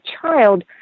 child